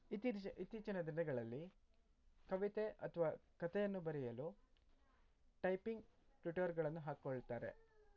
ಇತ್ತೀಚೆಗೆ ಇತ್ತೀಚಿನ ದಿನಗಳಲ್ಲಿ ಕವಿತೆ ಅಥವಾ ಕತೆಯನ್ನು ಬರೆಯಲು ಟೈಪಿಂಗ್ ಟ್ಯುಟರ್ಗಳನ್ನು ಹಾಕ್ಕೊಳ್ತಾರೆ